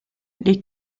les